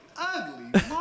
ugly